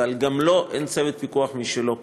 וגם לו אין צוות פיקוח משלו,